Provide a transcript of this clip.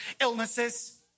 illnesses